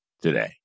today